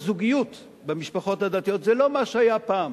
הזוגיות במשפחות הדתיות זה לא מה שהיה פעם.